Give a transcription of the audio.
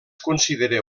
considera